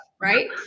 Right